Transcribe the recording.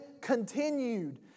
continued